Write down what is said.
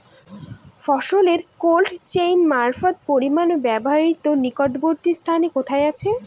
ফসলের cold chain মারফত পরিবহনের ব্যাবস্থা নিকটবর্তী স্থানে কোথায় আছে?